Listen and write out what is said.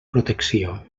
protecció